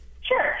Sure